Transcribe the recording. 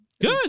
Good